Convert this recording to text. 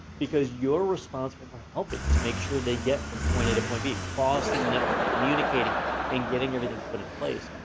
because you're responsible for helping to make sure they get from point a to point b, crossing the network, communicating and getting everything put in place.